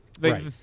right